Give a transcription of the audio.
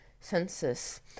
census